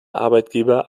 arbeitgeber